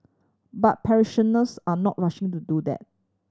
but parishioners are not rushing to do that